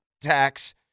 tax